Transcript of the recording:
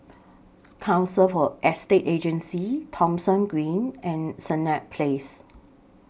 Council For Estate Agencies Thomson Green and Senett Place